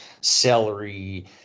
celery